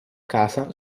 casa